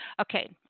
Okay